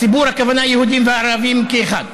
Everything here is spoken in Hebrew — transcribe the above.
הציבור, הכוונה יהודים וערבים כאחד.